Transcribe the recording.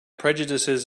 prejudices